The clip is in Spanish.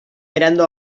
mirando